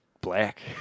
black